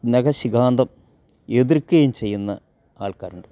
നഖശികാന്തം എതിർക്കയും ചെയ്യുന്ന ആൾക്കാരുണ്ട്